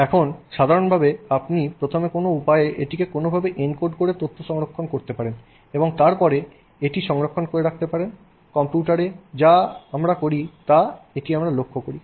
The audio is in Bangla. এখন সাধারণভাবে আপনি প্রথমে কোনও উপায়ে এটিকে কোনভাবে এনকোড করে তথ্য সংরক্ষণ করতে পারেন এবং তারপরে এটি সংরক্ষণ করে রাখতে পারেন কম্পিউটারে আমরা এখন যা করি তাতে এটি আমরা লক্ষ্য করি